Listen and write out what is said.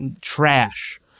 trash